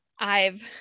I've-